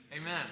Amen